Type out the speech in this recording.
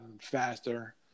faster